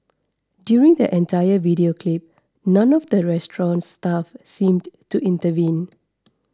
during the entire video clip none of the restaurant's staff seemed to intervene